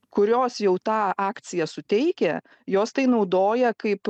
kurios jau tą akciją suteikia jos tai naudoja kaip